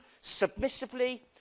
submissively